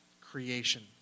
creation